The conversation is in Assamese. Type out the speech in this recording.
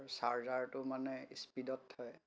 আৰু চাৰ্জাৰটো মানে স্পীডত হয়